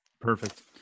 Perfect